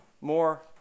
more